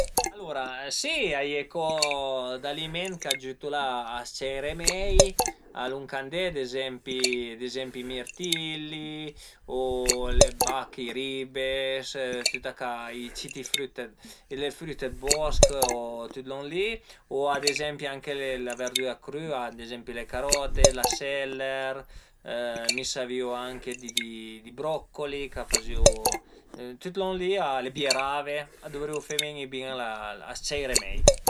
Alura si a ie co d'aliment ch'a giütu a s-ciairé mei, a lunch andé ad ezempi ad ezempi i mirtilli o le bacche, i ribes, tüta ca, i cit früt, le früte dë bosch o tüt lon li o ad ezempi anche la verdüra crüa, ad ezempi le carote, i seller, mi savìu anche di, i broccoli, ch'a fazìu, tüt lon li, le bierave, a duvrìu fe ven-i bin la, a s-ciairé mei